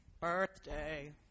birthday